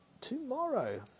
tomorrow